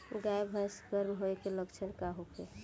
गाय भैंस गर्म होय के लक्षण का होखे?